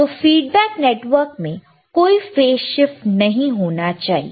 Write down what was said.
तो feedback network में कोई फेस शिफ्ट नहीं होना चाहिए